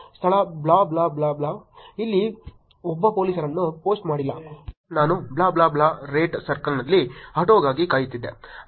ಸ್ಥಳ blah blah blah ಇಲ್ಲಿ ಒಬ್ಬ ಪೋಲೀಸನ್ನೂ ಪೋಸ್ಟ್ ಮಾಡಿಲ್ಲ ನಾನು ಬ್ಲಾ ಬ್ಲಾ ಬ್ಲಾ ರೈಟ್ ಸರ್ಕಲ್ನಲ್ಲಿ ಆಟೋಗಾಗಿ ಕಾಯುತ್ತಿದ್ದೆ